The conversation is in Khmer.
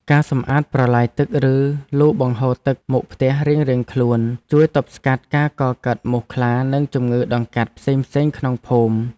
ការសម្អាតប្រឡាយទឹកឬលូបង្ហូរទឹកមុខផ្ទះរៀងៗខ្លួនជួយទប់ស្កាត់ការកកើតមូសខ្លានិងជំងឺដង្កាត់ផ្សេងៗក្នុងភូមិ។